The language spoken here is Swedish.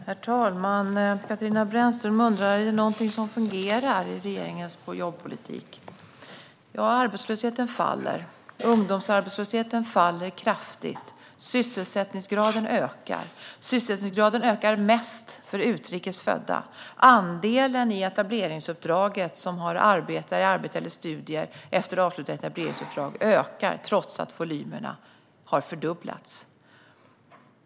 Herr talman! Katarina Brännström undrar om det är något som fungerar i regeringens jobbpolitik. Ja, arbetslösheten faller, ungdomsarbetslösheten faller kraftigt, sysselsättningsgraden ökar - sysselsättningsgraden ökar mest för utrikes födda - och andelen i etableringsuppdraget som har arbete eller är i studier efter avslutat etableringsuppdrag ökar trots att volymerna har fördubblats.